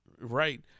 Right